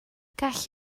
gall